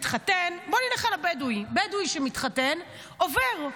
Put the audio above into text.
בוא נלך על הבדואי: בדואי שמתחתן, עובר.